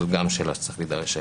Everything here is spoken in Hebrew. זאת גם שאלה שצריך להידרש אליה.